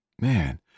Man